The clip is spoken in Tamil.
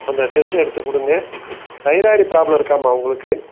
அந்த டெஸ்ட் எடுத்து கொடுங்க தைராய்டு ப்ராப்ளம் இருக்காம்மா உங்களுக்கு